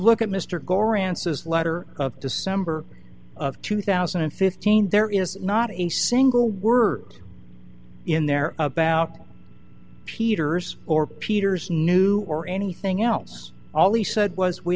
look at mr gore answers letter of december of two thousand and fifteen there is not a single word in there about peter's or peter's new or anything else all he said was we